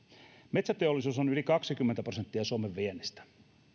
metsäteollisuus on yli kaksikymmentä prosenttia suomen viennistä